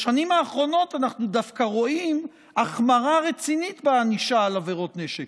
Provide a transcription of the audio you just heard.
בשנים האחרונות אנחנו דווקא רואים החמרה רצינית בענישה על עבירות נשק.